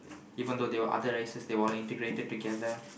even though they were other races they were all integrated together